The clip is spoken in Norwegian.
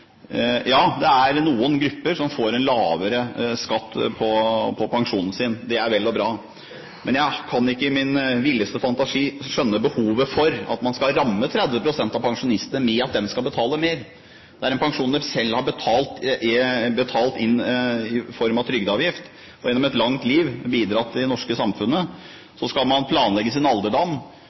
det er noen grupper som får en lavere skatt på pensjonen sin. Det er vel og bra, men jeg kan ikke i min villeste fantasi se behovet for at man skal ramme 30 pst. av pensjonistene ved at de skal betale mer. Det er en pensjon de selv har betalt inn i form av trygdeavgift. Gjennom et langt liv har de bidratt i det norske samfunnet. Så skal de planlegge sin